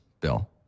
Bill